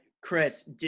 Chris